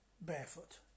barefoot